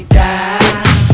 die